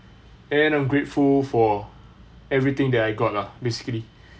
and I'm grateful for everything that I got lah basically